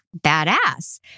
badass